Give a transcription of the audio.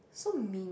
so mean